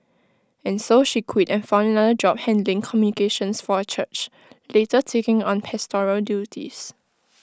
and so she quit and found another job handling communications for A church later taking on pastoral duties